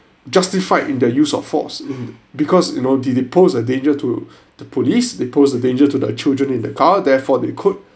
justified in the use of force because you know did it pose a danger to the police they pose a danger to their children in the car therefore they could